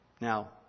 Now